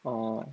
orh